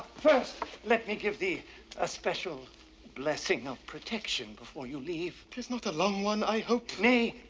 first let me give thee a special blessing of protection before you leave. tis not a long one, i hope. nay,